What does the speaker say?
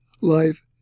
life